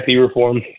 reform